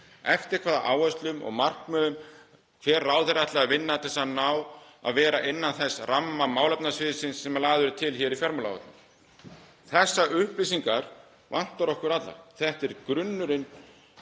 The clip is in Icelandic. eftir hvaða áherslum og markmiðum hver ráðherra ætlaði að vinna til að ná að vera innan þess ramma málefnasviðsins sem lagður er til hér í fjármálaáætlun. Þessar upplýsingar vantar okkur allar. Þetta er grunnurinn